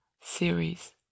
series